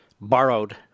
borrowed